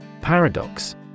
Paradox